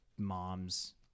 moms